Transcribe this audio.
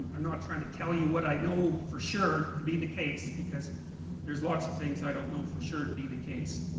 i'm not trying to tell you what i know for sure to be the case. because there's lots of things i don't know for sure to be the case.